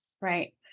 Right